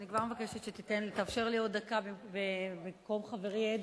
אני כבר מבקשת שתאפשר לי עוד דקה במקום חברי אדרי,